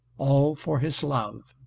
all for his love!